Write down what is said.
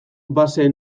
base